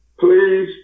please